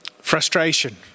Frustration